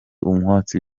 umwotsi